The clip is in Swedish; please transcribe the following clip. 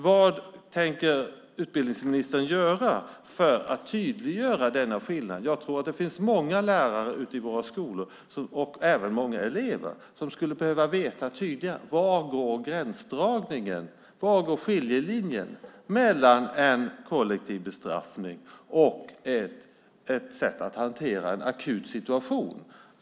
Vad tänker utbildningsministern göra för att tydliggöra denna skillnad? Jag tror att det finns många lärare ute i våra skolor och även många elever som skulle tydligare behöva veta hur man gör gränsdragningen och var skiljelinjen går mellan en kollektiv bestraffning och ett sätt att hantera en akut situation.